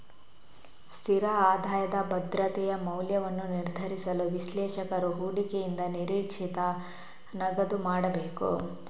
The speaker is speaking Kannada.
ಸ್ಥಿರ ಆದಾಯದ ಭದ್ರತೆಯ ಮೌಲ್ಯವನ್ನು ನಿರ್ಧರಿಸಲು, ವಿಶ್ಲೇಷಕರು ಹೂಡಿಕೆಯಿಂದ ನಿರೀಕ್ಷಿತ ನಗದು ಮಾಡಬೇಕು